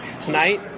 tonight